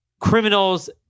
criminals